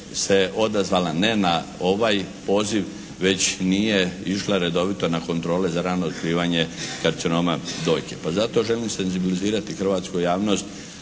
se odazvala ne na ovaj poziv, već nije išla redovito na kontrole za rano otkrivanje karcinoma dojke. Pa zato želim senzibilizirati hrvatsku javnost